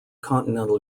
continental